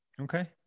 Okay